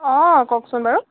অঁ কওকচোন বাৰু